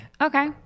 Okay